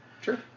Sure